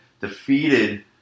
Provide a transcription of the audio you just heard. Defeated